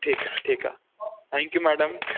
ठीकु आहे ठीकु आहे थेंक्यू मैडम